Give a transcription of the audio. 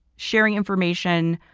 sharing information,